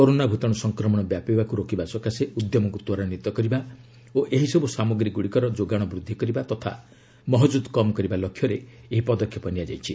corona ଭୂତାଣୁ ସଂକ୍ରମଣ ବ୍ୟାପିବାକୁ ରୋକିବା ସକାଶେ ଉଦ୍ୟମକୁ ତ୍ୱରାନ୍ୱିତ କରିବା ଓ ଏହିସବୁ ସାମଗ୍ରୀଗୁଡ଼ିକର ଯୋଗାଣ ବୃଦ୍ଧି କରିବା ତଥା ମହଜୁଦ୍ କମ୍ କରିବା ଲକ୍ଷ୍ୟରେ ଏହି ପଦକ୍ଷେପ ନିଆଯାଇଛି